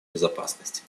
безопасности